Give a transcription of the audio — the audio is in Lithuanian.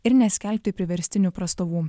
ir neskelbti priverstinių prastovų